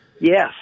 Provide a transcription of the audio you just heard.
Yes